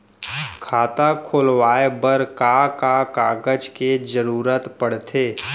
खाता खोलवाये बर का का कागज के जरूरत पड़थे?